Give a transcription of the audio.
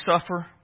suffer